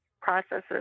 processes